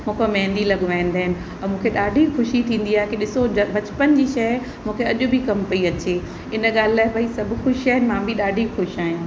मूं खां मेंदी लॻवाईंदा आहिनि और मूंखे ॾाढी ख़ुशी थींदी आहे ॾिसो बचपन जी शइ मूंखे अॼु बि कमु पेई अचे हिन ॻाल्हि लाइ भई सभु ख़ुशि आहिनि मां बि ॾाढी ख़ुशि आहियां